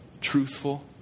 truthful